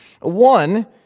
One